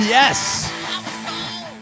yes